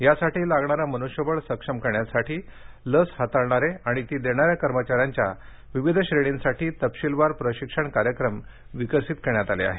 यासाठी लागणारं मनुष्य बळ सक्षम करण्यासाठी लस हाताळणारे आणि ती देणाऱ्या कर्मचाऱ्यांच्या विविध श्रेणींसाठी तपशिलवार प्रशिक्षण कार्यक्रम विकसित करण्यात आले आहेत